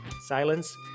Silence